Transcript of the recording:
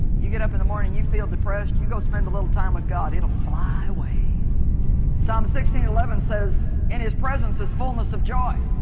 you get up in the morning you feel depressed you go spend a little time with god it'll fly away psalm sixteen eleven says in his presence is fullness of joy